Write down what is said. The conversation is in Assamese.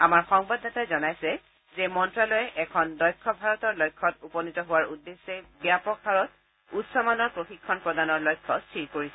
আমাৰ সংবাদদাতাই জনাইছে যে মন্তালয়ে এখন দক্ষ ভাৰতৰ লক্ষ্যত উপনীত হোৱাৰ উদ্দেশ্যে ব্যাপক হাৰত উচ্চ মানৰ প্ৰশিক্ষণ প্ৰদানৰ লক্ষ্য স্থিৰ কৰিছে